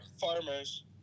farmers